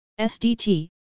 SDT